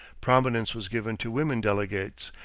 prominence was given to women delegates,